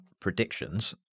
predictions